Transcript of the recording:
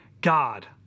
God